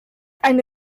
eine